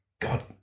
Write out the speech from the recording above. God